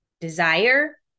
Desire